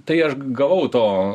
tai aš gavau to